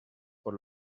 por